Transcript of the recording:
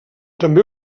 també